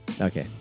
Okay